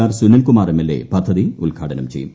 R Sunilkumar MLA പദ്ധതി ഉദ്ഘാടനം ചെയ്യും